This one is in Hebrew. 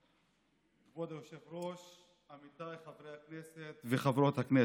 כבוד היושב-ראש, עמיתיי חברי הכנסת וחברות הכנסת,